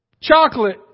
chocolate